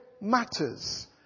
matters